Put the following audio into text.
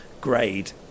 grade